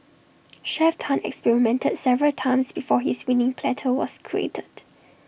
Chef Tan experimented several times before his winning platter was created